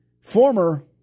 former